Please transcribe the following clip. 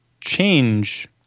change